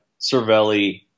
Cervelli